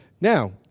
Now